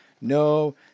no